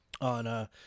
on